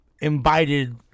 Invited